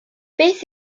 beth